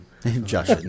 Josh